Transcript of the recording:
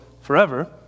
forever